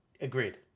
Agreed